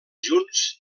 junts